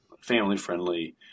family-friendly